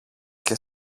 και